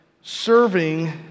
serving